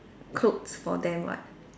clothes for them [what]